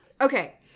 Okay